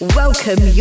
welcome